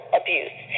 abuse